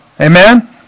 Amen